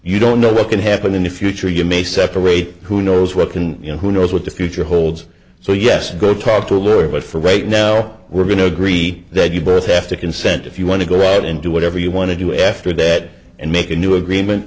you don't know what can happen in the future you may separate who knows what can you know who knows what the future holds so yes go talk to a lawyer but for rate no we're going to agree that you both have to consent if you want to go ahead and do whatever you want to do after that and make a new agreement